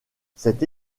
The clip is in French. cette